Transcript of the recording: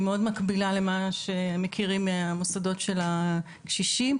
מאוד מקבילה למה שמכירים מהמוסדות של הקשישים,